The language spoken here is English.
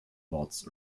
lots